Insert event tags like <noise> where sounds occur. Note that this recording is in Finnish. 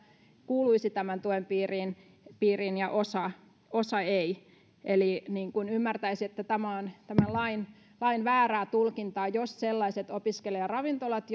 kuuluisi tämän tuen piiriin piiriin ja osa osa ei ymmärtäisin että on tämän lain lain väärää tulkintaa jos sellaiset opiskelijaravintolat <unintelligible>